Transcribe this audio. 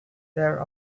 there